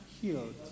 healed